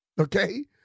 Okay